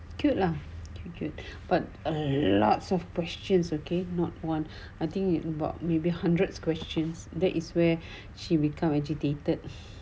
cute lah but a lots of questions okay not one I think about maybe hundreds questions that is where she become agitated